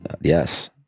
yes